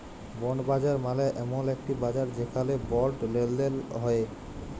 bond বাজার মালে এমল একটি বাজার যেখালে বন্ড লেলদেল হ্য়েয়